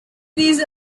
these